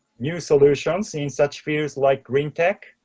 new solutions in such fields like green tech,